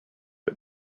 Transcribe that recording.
but